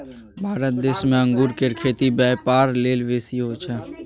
भारत देश में अंगूर केर खेती ब्यापार लेल बेसी होई छै